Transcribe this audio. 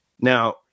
Now